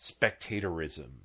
spectatorism